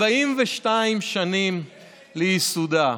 42 שנים לייסודה.